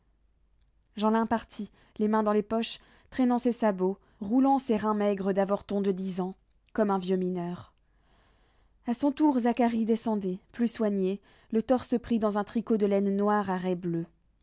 jeanlin partit les mains dans les poches traînant ses sabots roulant ses reins maigres d'avorton de dix ans comme un vieux mineur a son tour zacharie descendait plus soigné le torse pris dans un tricot de laine noire